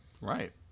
Right